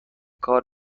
کار